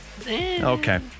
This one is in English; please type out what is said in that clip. Okay